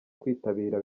kwitabira